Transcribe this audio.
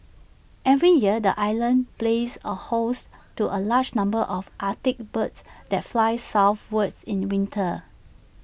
every year the island plays A host to A large number of Arctic birds that fly southwards in winter